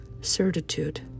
certitude